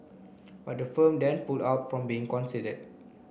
but the firm then pulled out from being considered